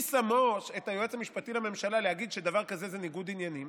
מי שם את היועץ המשפטי לממשלה להגיד שדבר כזה זה ניגוד עניינים?